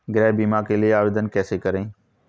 गृह बीमा के लिए आवेदन कैसे करें?